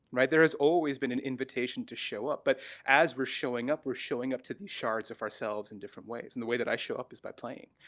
right? there has always been an invitation to show up, but as we're showing up, we're showing up to these shards of ourselves in different ways. and the way that i show up is by playing.